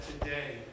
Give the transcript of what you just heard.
today